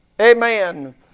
Amen